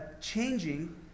changing